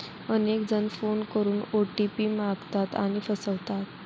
अनेक जण फोन करून ओ.टी.पी मागतात आणि फसवतात